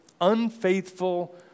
unfaithful